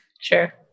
Sure